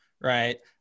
right